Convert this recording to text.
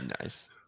Nice